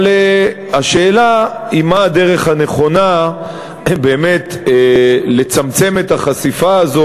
אבל השאלה היא מהי הדרך הנכונה באמת לצמצם את החשיפה הזאת,